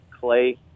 clay